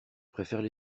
préfères